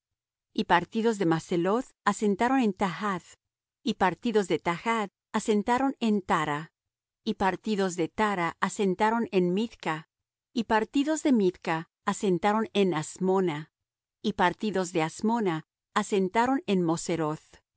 y partidos de maceloth asentaron en tahath y partidos de tahath asentaron en tara y partidos de tara asentaron en mithca y partidos de mithca asentaron en hasmona y partidos de hasmona asentaron en moseroth